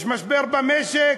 יש משבר במשק,